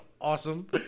awesome